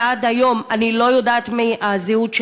ועד היום אני לא יודעת מה הזהות שלה,